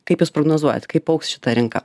kaip jūs prognozuojat kaip augs šita rinka